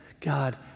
God